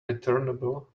returnable